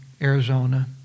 Arizona